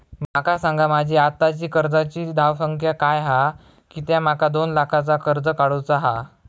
माका सांगा माझी आत्ताची कर्जाची धावसंख्या काय हा कित्या माका दोन लाखाचा कर्ज काढू चा हा?